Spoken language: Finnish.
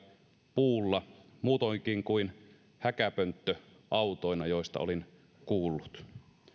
puulla muutoinkin kuin häkäpönttöautoina joista olin kuullut